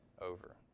over